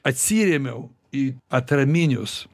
atsirėmiau į atraminius